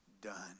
done